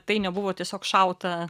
tai nebuvo tiesiog šauta